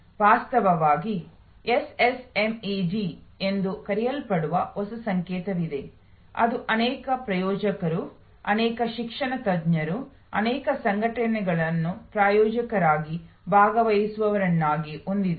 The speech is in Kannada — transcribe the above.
ವಾಸ್ತವವಾಗಿ ಎಸ್ಎಸ್ಎಂಇಡಿ ಎಂದು ಕರೆಯಲ್ಪಡುವ ಹೊಸ ಸಂಕೇತವಿದೆ ಇದು ಅನೇಕ ಪ್ರಾಯೋಜಕರು ಅನೇಕ ಶಿಕ್ಷಣ ತಜ್ಞರು ಅನೇಕ ಸಂಘಟನೆಗಳನ್ನು ಪ್ರಾಯೋಜಕರಾಗಿ ಭಾಗವಹಿಸುವವರನ್ನಾಗಿ ಹೊಂದಿದೆ